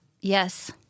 yes